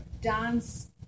dance